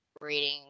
reading